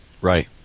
Right